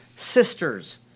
sisters